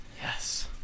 Yes